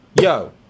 Yo